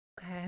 Okay